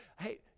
Hey